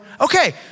Okay